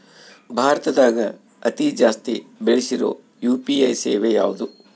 ಭಾರತದಗ ಅತಿ ಜಾಸ್ತಿ ಬೆಸಿರೊ ಯು.ಪಿ.ಐ ಸೇವೆ ಯಾವ್ದು?